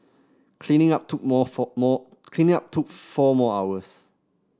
cleaning up took more four more cleaning up took four more hours